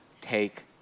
take